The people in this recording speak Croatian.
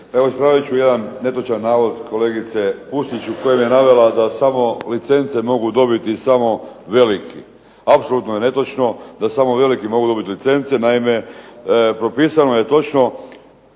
evo ispravit ću jedan netočan navod kolegice Pusić u kojem je navela da samo licence mogu dobiti samo veliki. Apsolutno je netočno da samo veliki mogu dobiti licence. Naime, propisano je točno